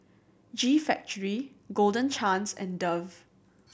G Factory Golden Chance and Dove